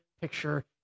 picture